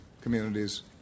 communities